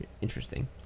interesting